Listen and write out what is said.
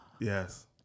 yes